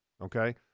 Okay